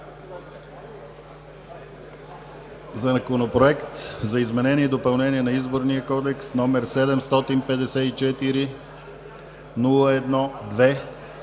Законопроект за изменение и допълнение на Изборния кодекс № 754-01-2,